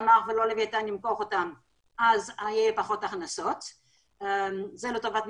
אני פותר לך את הפער הזה בקלות.